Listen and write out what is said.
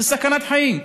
זאת סכנת חיים,